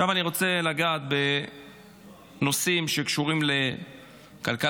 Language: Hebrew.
עכשיו אני רוצה לגעת בנושאים שקשורים לכלכלה,